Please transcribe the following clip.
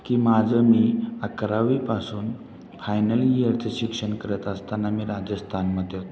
की माझं मी अकरावीपासून फायनल इयरचं शिक्षण करत असताना मी राजस्थानमध्ये होतो